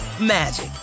magic